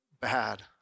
bad